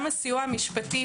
גם סיוע משפטי